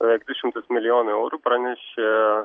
beveik tris šimtus milijonų eurų pranešė